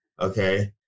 Okay